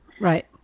Right